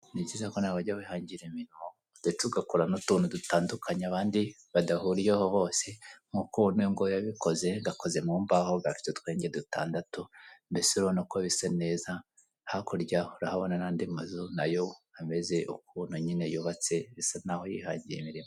Ntekereza ko nawe wajya wihangira ndetse ugakora n'utuntu dutandukanye, abandi badahuriyeho bose nk'uko umwe ngo yabikoze gakoze mu mbaho gafite utwenge dutandatu mbese urabona ko bisa neza hakurya urabona n'andi mazu nayo ameze ukuntu nyine yubatse bisa naho yihangiye imirimo.